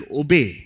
obey